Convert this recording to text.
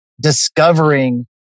discovering